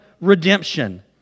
redemption